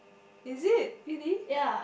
is it really